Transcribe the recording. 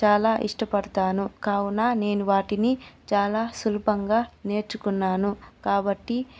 చాలా ఇష్టపడతాను కావున నేను వాటిని చాలా సులభంగా నేర్చుకున్నాను కాబట్టి